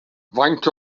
faint